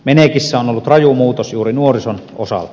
menekissä on ollut raju muutos juuri nuorison osalta